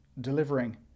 delivering